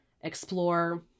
explore